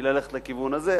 הוא ללכת לכיוון הזה.